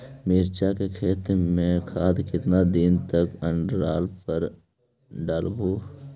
मिरचा के खेत मे खाद कितना दीन के अनतराल पर डालेबु?